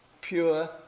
pure